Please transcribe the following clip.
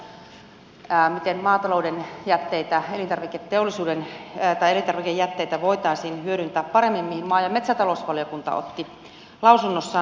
miten maatalouden jätteitä tai elintarvikejätteitä voitaisiin hyödyntää paremmin mihin maa ja metsätalousvaliokunta otti lausunnossaan kantaa